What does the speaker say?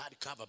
hardcover